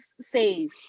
safe